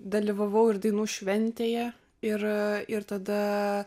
dalyvavau ir dainų šventėje ir ir tada